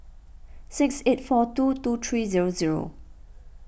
six eight four two two three zero zero